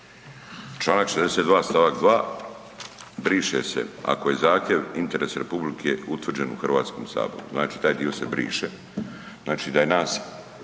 čl. 62. stavak 2. briše se ako je zahtjev interes republike utvrđen u Hrvatskom saboru, znači taj dio se briše, znači da je nas